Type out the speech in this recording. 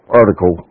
article